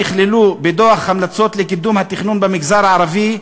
נכללו בדוח המלצות לקידום התכנון במגזר הערבי,